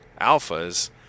Alphas